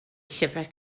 llyfrau